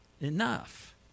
enough